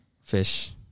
Fish